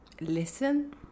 Listen